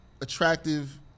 attractive